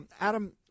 Adam